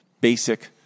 basic